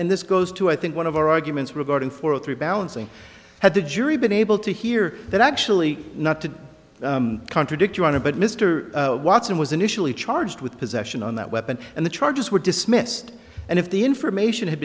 and this goes to i think one of our arguments regarding for a three balancing had the jury been able to hear that actually not to contradict your honor but mr watson was initially charged with possession on that weapon and the charges were dismissed and if the information had